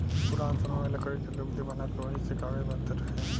पुरान समय में लकड़ी के लुगदी बना के ओही से कागज बनत रहे